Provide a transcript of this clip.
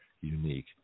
unique